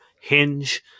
Hinge